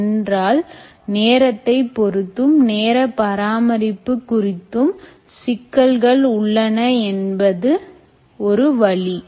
என்றால்நேரத்தை பொருத்தும் நேர பராமரிப்பு குறித்தும் சிக்கல்கள் உள்ளன என்பது ஒரு வழி